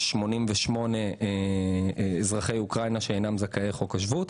21,088 אזרחי אוקראינה שאינם זכאי חוק השבות.